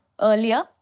earlier